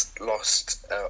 lost